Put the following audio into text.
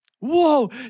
Whoa